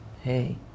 Hey